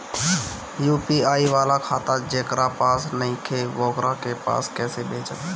UPI वाला खाता जेकरा पास नईखे वोकरा के पईसा कैसे भेजब?